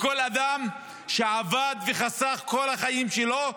לכל אדם שעבד וחסך כל החיים שלו,